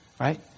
right